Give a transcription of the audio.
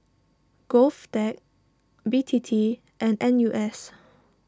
Govtech B T T and N U S